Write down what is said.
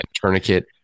tourniquet